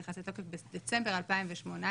נכנס לתוקף בדצמבר 2018,